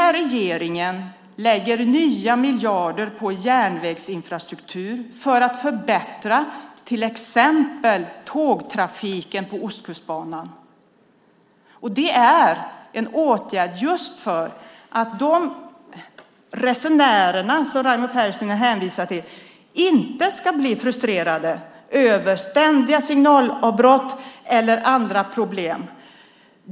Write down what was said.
Regeringen satsar nya miljarder på järnvägsinfrastruktur för att förbättra till exempel tågtrafiken på Ostkustbanan. Det är en åtgärd just för att de resenärer som Raimo Pärssinen hänvisar till inte ska bli frustrerade över ständiga signalavbrott eller andra problem.